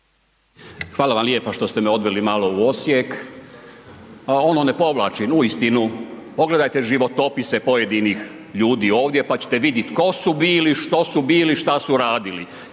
Hvala vam lijepa što ste me odveli malo u Osijek. Ono ne povlačim, uistinu, pogledajte životopise pojedinih ljudi ovdje pa ćete vidjeti tko su bili, što su bili, šta su radili.